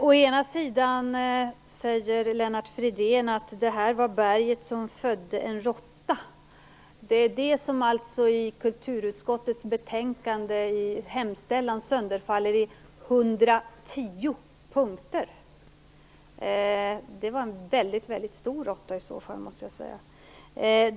Herr talman! Lennart Fridén säger att det här var berget som födde en råtta. Det är det som i kulturutskottets hemställan sönderfaller i 110 punkter. Det var en väldigt stor råtta i så fall.